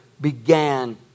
began